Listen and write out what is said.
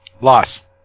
Loss